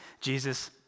Jesus